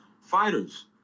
fighters